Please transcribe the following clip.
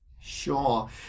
Sure